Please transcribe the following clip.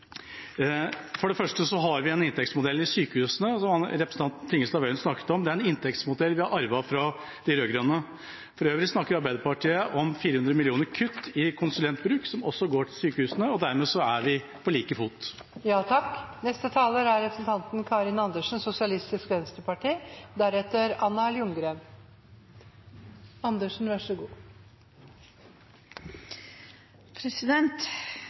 For det første har vi en inntektsmodell i sykehusene, som representanten Tingelstad Wøien snakket om. Det er en inntektsmodell vi har arvet fra de rød-grønne. For øvrig snakker Arbeiderpartiet om 400 mill. kr i kutt til konsulentbruk som også går til sykehusene, og dermed er vi på like fot. Det er